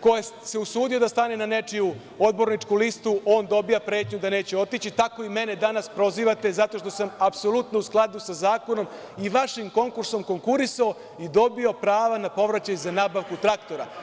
ko se usudio da stane na nečiju odborničku listu, on dobija pretnju da neće otići, tako i mene danas prozivate zato što sam apsolutno u skladu sa zakonom i vašim konkursom konkurisao i dobio prava na povraćaj za nabavku traktora.